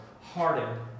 hardened